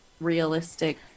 realistic